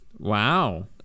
wow